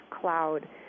cloud